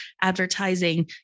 advertising